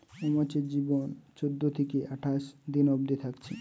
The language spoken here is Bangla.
মৌমাছির জীবন চোদ্দ থিকে আঠাশ দিন অবদি থাকছে